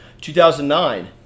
2009